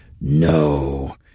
No